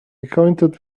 acquainted